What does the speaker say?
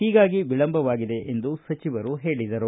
ಹೀಗಾಗಿ ವಿಳಂಬವಾಗಿದೆ ಎಂದು ಸಚಿವರು ತಿಳಿಸಿದರು